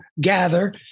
gather